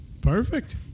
Perfect